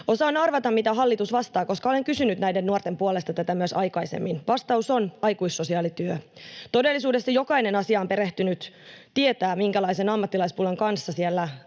Osaan arvata, mitä hallitus vastaa, koska olen kysynyt näiden nuorten puolesta tätä myös aikaisemmin: vastaus on aikuissosiaalityö. Todellisuudessa jokainen asiaan perehtynyt tietää, minkälaisen ammattilaispulan kanssa siellä